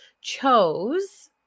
chose